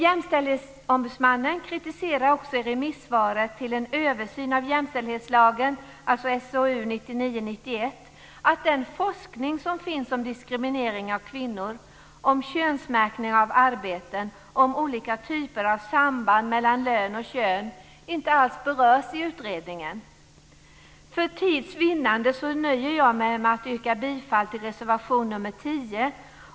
Jämställdhetsombudsmannen kritiserar också i remissvaret till En översyn av jämställdhetslagen, SOU 1999:91, att den forskning som finns om diskriminering av kvinnor, om könsmärkning av arbeten och om olika typer av samband mellan lön och kön inte alls berörs i utredningen. För tids vinnande nöjer jag mig med att yrka bifall till reservation nr 10.